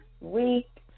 week